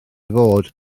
fod